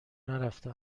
نرفته